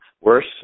worse